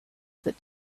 that